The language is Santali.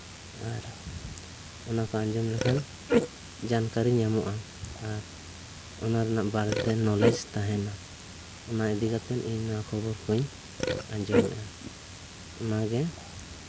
ᱟᱨ ᱚᱱᱟ ᱠᱚ ᱟᱸᱡᱚᱢ ᱞᱮᱠᱷᱟᱱ ᱡᱟᱱᱠᱟᱹᱨᱤ ᱧᱟᱢᱚᱜᱼᱟ ᱟᱨ ᱚᱱᱟ ᱨᱮᱱᱟᱜ ᱵᱟᱨᱮᱛᱮ ᱱᱚᱞᱮᱡᱽ ᱛᱟᱦᱮᱱᱟ ᱚᱱᱟ ᱤᱫᱤ ᱠᱟᱛᱮ ᱤᱧ ᱱᱚᱣᱟ ᱠᱷᱚᱵᱚᱨ ᱠᱚᱹᱧ ᱟᱸᱡᱚᱢᱮᱜᱼᱟ ᱚᱱᱟᱜᱮ